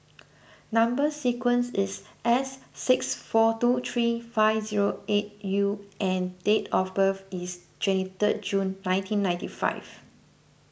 Number Sequence is S six four two three five zero eight U and date of birth is twenty third June nineteen ninety five